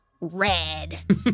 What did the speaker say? red